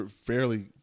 Fairly